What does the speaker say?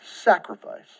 sacrifice